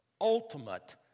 ultimate